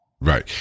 Right